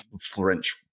French